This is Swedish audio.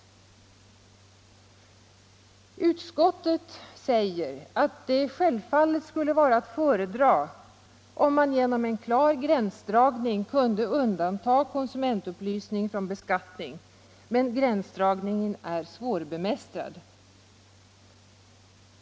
Skatteutskottet säger att det självfallet skulle vara att föredra om man genom en klar gränsdragning kunde undanta konsumentupplysning från beskattning, men gränsdragningen är svårbemästrad.